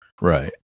Right